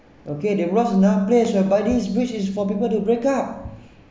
okay they brought us another place whereby this bridge is for people to break-up